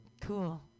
cool